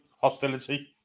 hostility